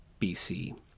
BC